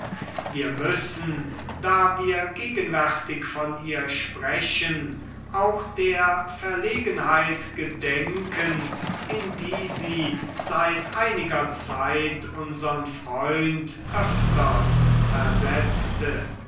wir müssen da wir gegenwärtig von ihr sprechen auch der verlegenheit gedenken in die sie seit einiger zeit unsern freund öfters versetzte